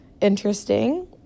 interesting